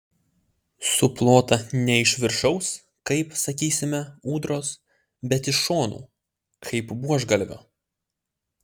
suplota ne iš viršaus kaip sakysime ūdros bet iš šonų kaip buožgalvio